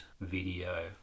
video